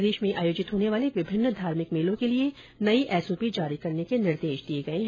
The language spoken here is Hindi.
प्रदेश में आयोजित होने वाले विभिन्न धार्मिक मेलों के लिए नई एसओपी जारी करने के निर्देश दिए गए हैं